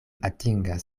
atingas